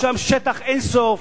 יש שם שטח אין-סוף,